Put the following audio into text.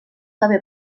haver